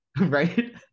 Right